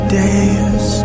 days